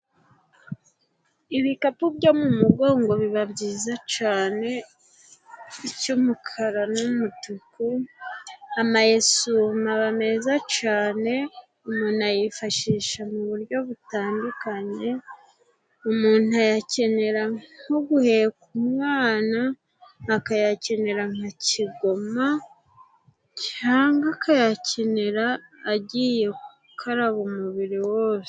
Ibikapu byo mu mugongo biba byiza cane, icy'umukara n'umutuku, amayesume aba meza cane, umuntu ayifashisha mu buryo butandukanye, umuntu ayakenera nko guheka umwana, akayakenera nka kigoma, cyangwa akayakenera agiye gukaraba umubiri wose.